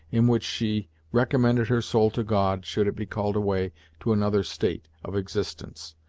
in which she recommended her soul to god, should it be called away to another state of existence,